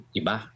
iba